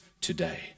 today